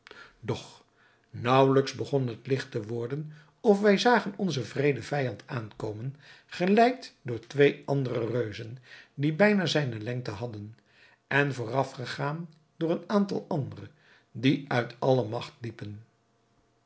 doch naauwelijks begon het licht te worden of wij zagen onzen wreeden vijand aankomen geleid door twee andere reuzen die bijna zijne lengte hadden en voorafgegaan door een aantal andere die uit alle magt liepen